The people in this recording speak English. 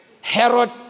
Herod